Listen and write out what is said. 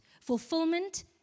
fulfillment